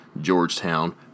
Georgetown